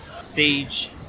Siege